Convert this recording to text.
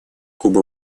куба